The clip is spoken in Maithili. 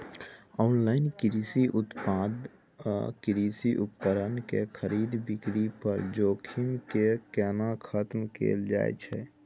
ऑनलाइन कृषि उत्पाद आ कृषि उपकरण के खरीद बिक्री पर जोखिम के केना खतम कैल जाए छै?